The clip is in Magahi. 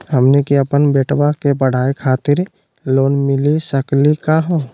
हमनी के अपन बेटवा के पढाई खातीर लोन मिली सकली का हो?